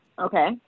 Okay